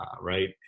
right